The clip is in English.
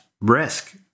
risk